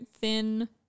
thin